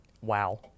Wow